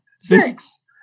Six